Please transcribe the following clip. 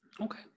Okay